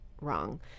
wrong